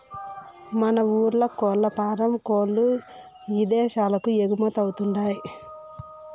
మన ఊర్ల కోల్లఫారం కోల్ల్లు ఇదేశాలకు ఎగుమతవతండాయ్